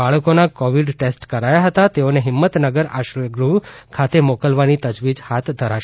બાળકોના Covid test કરાયા હતા તેઓને હિંમતનગર આશ્રય ગૃહ ખાતે મોકલવાની તજવીજ હાથ ધરાશે